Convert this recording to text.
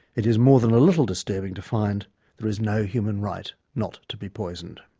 it is more than a little disturbing to find there is no human right not to be poisoned.